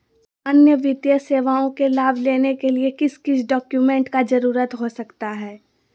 अन्य वित्तीय सेवाओं के लाभ लेने के लिए किस किस डॉक्यूमेंट का जरूरत हो सकता है?